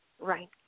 right